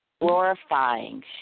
glorifying